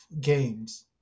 games